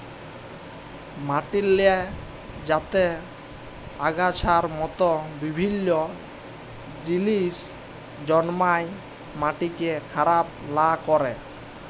মাটিল্লে যাতে আগাছার মত বিভিল্ল্য জিলিস জল্মায় মাটিকে খারাপ লা ক্যরে